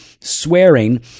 swearing